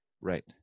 Right